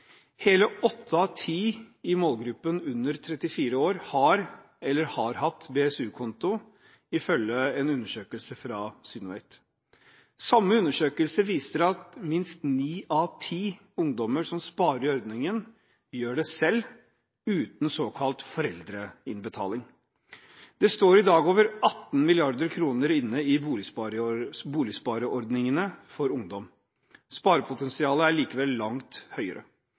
Hele åtte av ti i målgruppen under 34 år har eller har hatt BSU-konto ifølge en undersøkelse fra Synovate. Samme undersøkelse viser at minst ni av ti ungdommer som sparer i ordningen, gjør det selv uten såkalt foreldreinnbetaling. Det står i dag over 18 mrd. kr inne i boligspareordningene for ungdom. Sparepotensialet er likevel langt høyere.